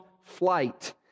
flight